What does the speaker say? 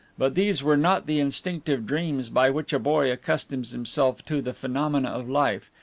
but these were not the instinctive dreams by which a boy accustoms himself to the phenomena of life,